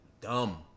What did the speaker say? Dumb